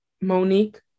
Monique